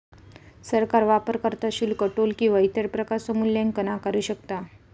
सरकार वापरकर्ता शुल्क, टोल किंवा इतर प्रकारचो मूल्यांकन आकारू शकता